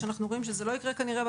כאשר אנחנו רואים שזה כנראה לא יקרה